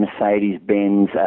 Mercedes-Benz